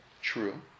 true